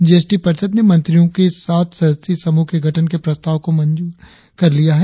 GST परिषद ने मंत्रियों के सात सदस्यीय समूह के गठन के प्रस्ताव को मंजूर कर लिया है